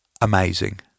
amazing